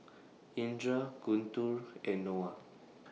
Indra Guntur and Noah